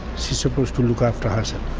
supposed to look after herself.